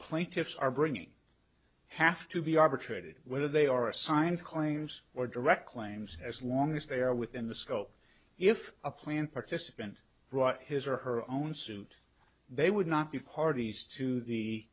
plaintiffs are bringing have to be arbitrated whether they are assigned claims or direct claims as long as they are within the scope if a plant participant brought his or her own suit they would not be parties to